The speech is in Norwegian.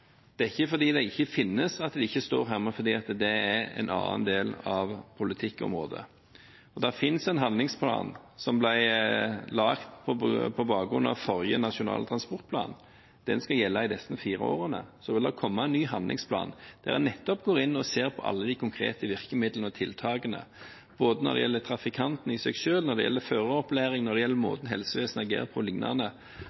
Det er ikke fordi de ikke finnes at de ikke står her, men fordi det er en annen del av politikkområdet. Det finnes en handlingsplan som ble laget på bakgrunn av forrige nasjonale transportplan. Den skal gjelde i disse fire årene. Så vil det komme en ny handlingsplan der en nettopp går inn og ser på alle de konkrete virkemidlene og tiltakene, både når det gjelder trafikantene i seg selv, når det gjelder føreropplæring, når det gjelder